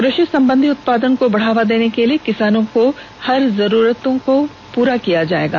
कृषि संबंधी उत्पादन को बढ़ावा देने के लिए किसानों की हर जरूरतों को पूर्ण किया जाएगा